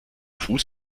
fuß